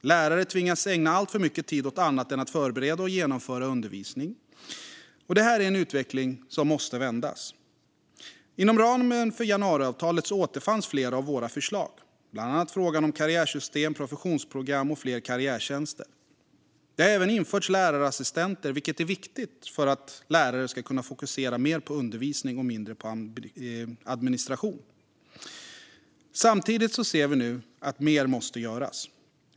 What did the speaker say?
Lärare tvingas ägna alltför mycket tid åt annat än att förbereda och genomföra undervisning. Det är en utveckling som måste vändas. Inom ramen för januariavtalet återfanns flera av våra förslag. Det var bland annat frågan om karriärsystem, professionsprogram och fler karriärtjänster. Det har även införts lärarassistenter, vilket är viktigt för att lärare ska kunna fokusera mer på undervisning och mindre på administration. Samtidigt ser vi nu att mer måste göras.